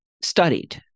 studied